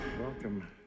Welcome